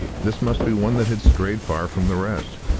this must be one that had strayed far from the rest.